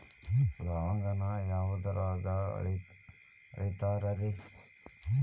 ಲವಂಗಾನ ಯಾವುದ್ರಾಗ ಅಳಿತಾರ್ ರೇ?